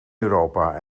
europa